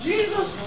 Jesus